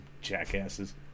jackasses